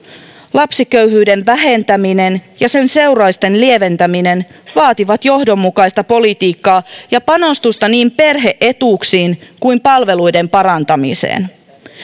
lapsiköyhyyden vähentäminen ja sen seurausten lieventäminen vaativat johdonmukaista politiikkaa ja panostusta niin perhe etuuksiin kuin palveluiden parantamiseen